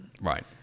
Right